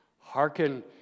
Hearken